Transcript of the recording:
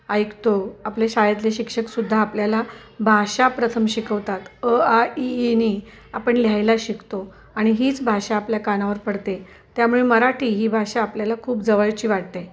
ऐकतो आपले शाळेतले शिक्षकसुद्धा आपल्याला भाषा प्रथम शिकवतात अ आ इ ई नी आपण लिहायला शिकतो आणि हीच भाषा आपल्या कानावर पडते त्यामुळे मराठी ही भाषा आपल्याला खूप जवळची वाटते